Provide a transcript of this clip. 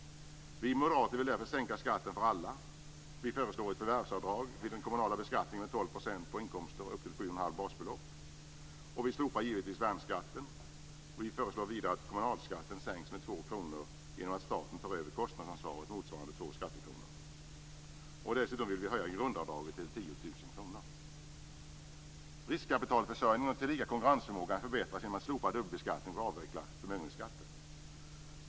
Vi moderater vill därför sänka skatten för alla. Vi föreslår ett förvärvsavdrag vid den kommunala beskattningen med 12 % på inkomster upp till sju och ett halvt basbelopp. Vi slopar givetvis värnskatten, och vi föreslår vidare att kommunalskatten sänks med 2 kr genom att staten tar över kostnadsansvaret motsvarande två skattekronor. Dessutom vill vi höja grundavdraget till 10 000 kr. Riskkapitalförsörjning och tillika konkurrensförmåga förbättras genom att vi slopar dubbelbeskattningen och avvecklar förmögenhetsskatten.